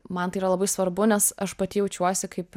man tai yra labai svarbu nes aš pati jaučiuosi kaip